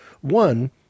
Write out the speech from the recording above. One